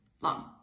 long